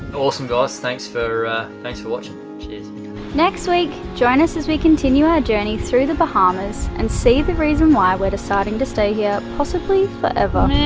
awesome guys. thanks for thanks for watching. cheers. next week, join us as we continue our journey through the bahamas and see the reason why we're deciding to stay here possibly forever.